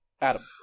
Adam